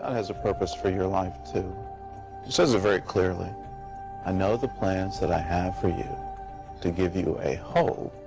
has a purpose for your life this is a very clear link i know the plans that i have for you to give you a whole